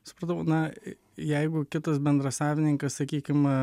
supratau na jeigu kitas bendrasavininkas sakykim